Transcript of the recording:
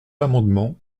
l’amendement